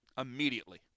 Immediately